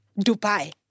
Dubai